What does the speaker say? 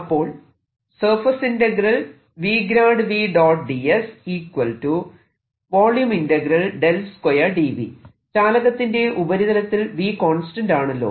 അപ്പോൾ ചാലകത്തിന്റെ ഉപരിതലത്തിൽ V കോൺസ്റ്റന്റ് ആണല്ലോ